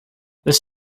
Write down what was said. this